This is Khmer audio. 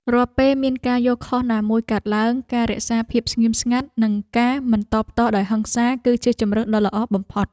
រាល់ពេលមានការយល់ខុសណាមួយកើតឡើងការរក្សាភាពស្ងៀមស្ងាត់ និងការមិនតបតដោយហិង្សាគឺជាជម្រើសដ៏ល្អបំផុត។